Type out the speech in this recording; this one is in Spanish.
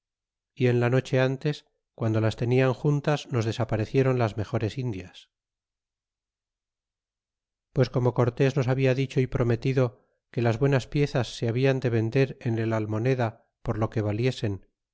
y en la noche ntes guando las tenian juntas nos desaparecieron las mejores indias pues como cortés nos habia dicho y prometido que las buenas piezas se habian de vender en el almoneda por lo que valiesen